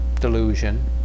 delusion